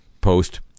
post